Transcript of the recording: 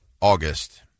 August